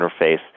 interface